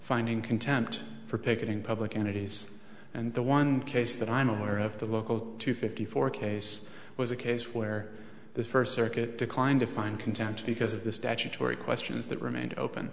finding content for picketing public entities and the one case that i'm aware of the local two fifty four case was a case where the first circuit declined to find content because of the statutory questions that remained open